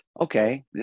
okay